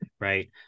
right